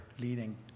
leading